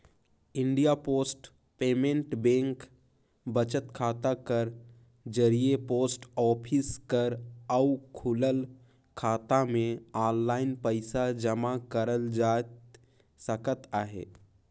India post payment bank बचत खाता कर जरिए पोस्ट ऑफिस कर अउ खुलल खाता में आनलाईन पइसा जमा करल जाए सकत अहे